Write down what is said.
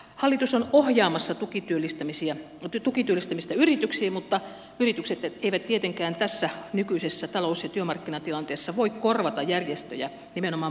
hallitus on ohjaamassa tukityöllistämistä yrityksiin mutta yritykset eivät tietenkään tässä nykyisessä talous ja työmarkkinatilanteessa voi korvata järjestöjä nimenomaan palkkatukityöllistämisessä